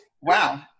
wow